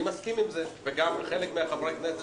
אני מסכים עם זה וגם חלק מחברי הכנסת